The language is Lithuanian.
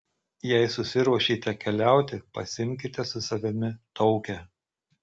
jei susiruošėte keliauti pasiimkite su savimi taukę